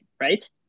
right